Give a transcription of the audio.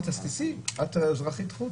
אמרתי לה: אז תיסעי, את אזרחית חוץ.